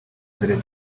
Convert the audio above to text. del